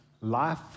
Life